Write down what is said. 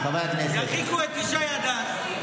ירחיקו את ישי הדס,